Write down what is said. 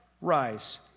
rise